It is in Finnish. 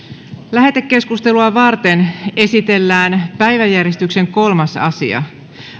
lähetekeskustelua varten esitellään päiväjärjestyksen kolmas asia